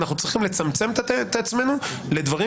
אנחנו צריכים לצמצם את עצמנו לדברים